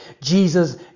Jesus